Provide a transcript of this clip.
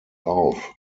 auf